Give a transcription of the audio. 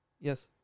Yes